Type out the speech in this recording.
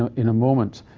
ah in a moment.